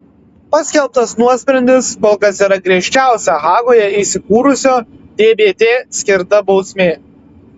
paskelbtas nuosprendis kol kas yra griežčiausia hagoje įsikūrusio tbt skirta bausmė